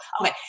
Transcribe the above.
okay